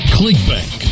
ClickBank